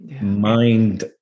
mind